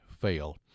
fail